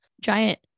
giant